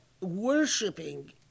worshipping